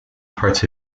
parts